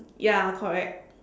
ya correct